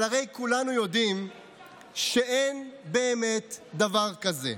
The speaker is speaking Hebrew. אבל הרי כולנו יודעים שאין באמת דבר כזה.